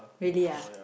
really ah